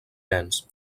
nens